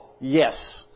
Yes